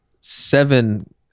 Seven